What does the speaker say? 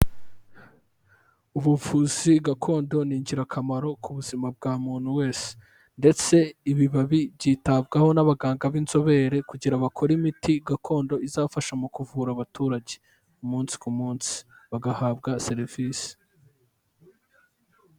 Ubuvuzi gakondo ni ingirakamaro ku buzima bwa muntu wese ndetse ibibabi byitabwaho n'abaganga b'inzobere kugira bakore imiti gakondo izafasha mu kuvura abaturage umunsi ku munsi, bagahabwa serivisi.